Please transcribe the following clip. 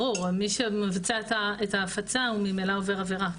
ברור, מי שמבצע את ההפצה הוא ממילא עובר עבירה.